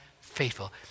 faithful